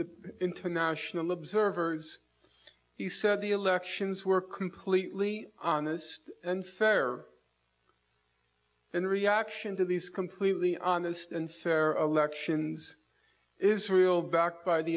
the international observers he said the elections were completely honest and fair in reaction to these completely honest and fair elections israel backed by the